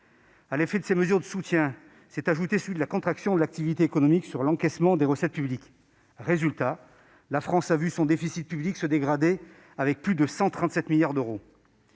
À l'effet de ces mesures de soutien s'est ajouté celui de la contraction de l'activité économique sur l'encaissement des recettes publiques. Résultat : la France a vu son déficit public se dégrader de plus de 137 milliards d'euros-